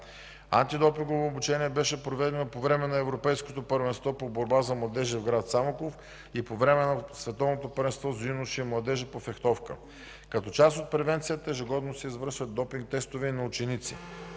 Антидопингово обучение беше проведено по време на Европейското първенство по борба за младежи в град Самоков и по време на Световното първенство за юноши и младежи по фехтовка. Като част от превенцията ежегодно се извършват допинг тестове и на ученици.